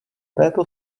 této